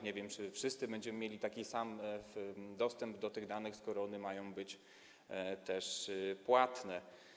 Nie wiem, czy wszyscy będziemy mieli taki sam dostęp do tych danych, skoro ma to być płatne.